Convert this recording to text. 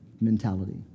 mentality